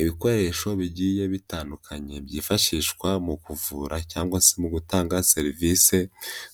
Ibikoresho bigiye bitandukanye byifashishwa mu kuvura cyangwa se mu gutanga serivisi